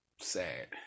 sad